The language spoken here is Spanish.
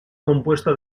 compuesta